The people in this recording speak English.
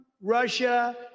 Russia